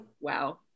wow